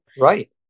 Right